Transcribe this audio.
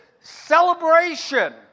celebration